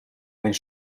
mijn